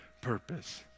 purpose